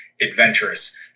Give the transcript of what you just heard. adventurous